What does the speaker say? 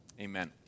Amen